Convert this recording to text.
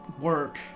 work